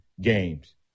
games